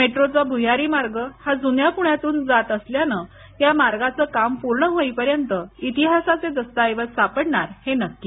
मेट्रोचा भुयारी मार्ग हा जुन्या पुण्यातून असल्याने या मार्गाचं काम पूर्ण होईपर्यंत इतिहासाचे दस्ताऐवज सापडणार हे नक्की